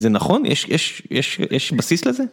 זה נכון? יש בסיס לזה?